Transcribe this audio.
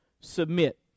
submit